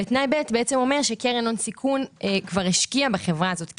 ותנאי ב' בעצם אומר שקרן הון סיכון כבר השקיעה בחברה הזאת כסף,